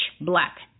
black